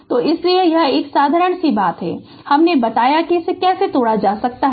तो इसीलिए तो यह एक साधारण सी बात है और हमने बताया कि इसे कैसे तोड़ा जाता है